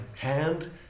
hand